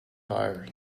tyre